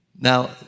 now